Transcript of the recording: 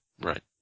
Right